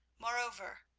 moreover,